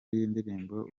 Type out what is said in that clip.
y’indirimbo